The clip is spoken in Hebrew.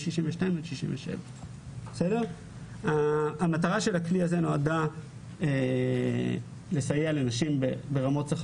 מ-62 עד 67. המטרה של הכלי הזה נועדה לסייע לנשים ברמות שכר